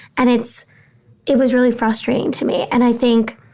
and it's it was really frustrating to me. and i think